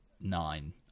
nine